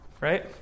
right